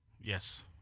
Yes